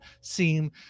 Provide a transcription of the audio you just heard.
seem